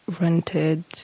rented